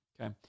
okay